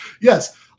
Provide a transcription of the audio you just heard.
Yes